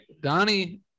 Donnie